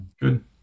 good